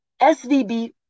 SVB